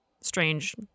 strange